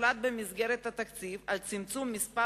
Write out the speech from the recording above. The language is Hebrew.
הוחלט במסגרת התקציב על צמצום מספר